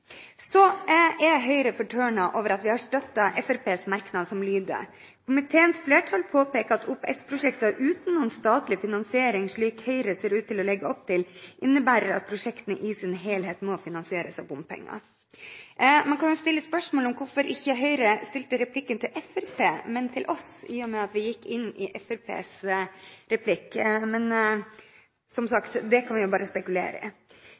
Så er Høyre fortørnet over at vi har støttet Fremskrittspartiets merknad, som lyder: «Komiteens flertall påpeker at OPS-prosjekter uten noen statlig finansiering slik Høyre ser ut til å legge opp til, innebærer at prosjektene i sin helhet må finansieres av bompenger.» Man kan stille spørsmål ved om hvorfor Høyre ikke stilte replikken til Fremskrittspartiet, men til oss, i og med at vi gikk inn i Fremskrittspartiets merknad. Men det kan vi som sagt bare spekulere